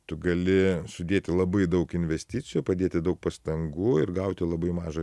tu gali sudėti labai daug investicijų padėti daug pastangų ir gauti labai mažą